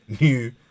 new